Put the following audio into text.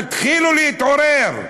תתחילו להתעורר.